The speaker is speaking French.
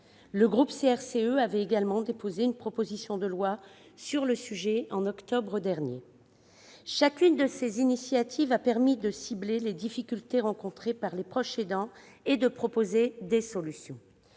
Le groupe CRCE avait également déposé une proposition de loi sur le sujet en octobre dernier. Chacune de ces initiatives a permis de cibler les difficultés rencontrées par les proches aidants et de proposer des solutions.